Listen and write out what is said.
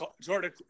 Jordan